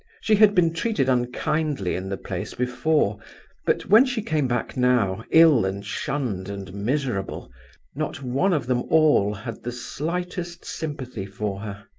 she had been treated kindly in the place before but when she came back now ill and shunned and miserable not one of them all had the slightest sympathy for her.